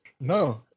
no